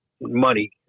money